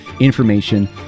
information